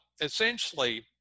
essentially –